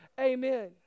Amen